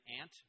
ant